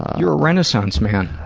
you're a renaissance man.